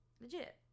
Legit